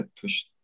push